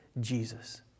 Jesus